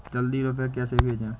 जल्दी रूपए कैसे भेजें?